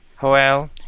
Joel